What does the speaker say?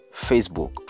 facebook